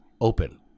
open